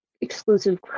exclusive